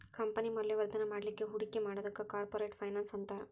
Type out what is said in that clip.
company ಮೌಲ್ಯವರ್ಧನ ಮಾಡ್ಲಿಕ್ಕೆ ಹೂಡಿಕಿ ಮಾಡೊದಕ್ಕ ಕಾರ್ಪೊರೆಟ್ ಫೈನಾನ್ಸ್ ಅಂತಾರ